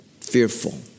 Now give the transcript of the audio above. Fearful